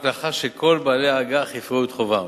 לאחר שכל בעלי האג"ח יפרעו את חובם,